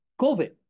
COVID